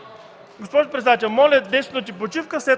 Госпожо председател, моля десет минути почивка, след